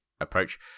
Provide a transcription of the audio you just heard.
approach